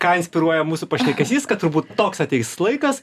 ką inspiruoja mūsų pašnekesys kad turbūt toks ateis laikas